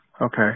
Okay